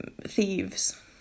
thieves